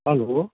hello